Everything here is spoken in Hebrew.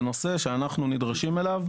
זה נושא שאנחנו נדרשים אליו,